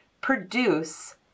produce